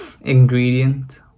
ingredient